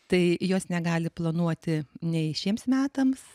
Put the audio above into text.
tai jos negali planuoti nei šiems metams